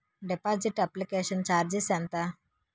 Deposit application charges ఎంత?